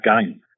game